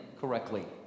correctly